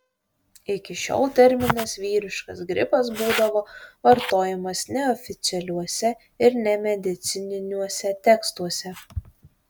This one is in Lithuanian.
iki šiol terminas vyriškas gripas būdavo vartojamas neoficialiuose ir nemedicininiuose tekstuose